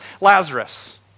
Lazarus